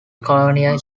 colonial